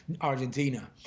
argentina